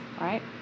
right